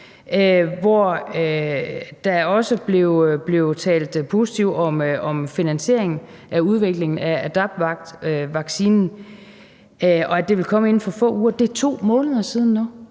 hvor der også blev talt positivt om finansieringen af udviklingen af AdaptVac-vaccinen, og om, at det ville komme inden for få uger. Det er 2 måneder siden nu